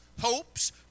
hopes